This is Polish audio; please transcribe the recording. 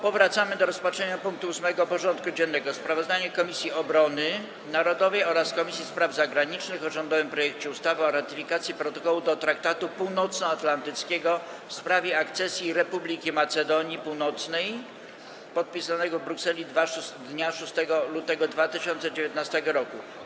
Powracamy do rozpatrzenia punktu 8. porządku dziennego: Sprawozdanie Komisji Obrony Narodowej oraz Komisji Spraw Zagranicznych o rządowym projekcie ustawy o ratyfikacji Protokołu do Traktatu Północnoatlantyckiego w sprawie akcesji Republiki Macedonii Północnej, podpisanego w Brukseli dnia 6 lutego 2019 r.